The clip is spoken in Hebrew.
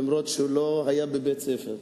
ולא היה בבית-ספר.